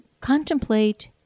contemplate